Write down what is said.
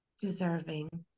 deserving